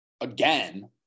again